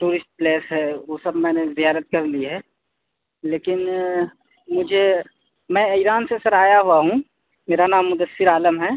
tourist place ہیں وہ سب میں نے زیارت کرلی ہے لیکن مجھے میں ایران سے سر آیا ہوا ہوں میرا نام مدثرعالم ہے